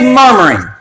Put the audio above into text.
murmuring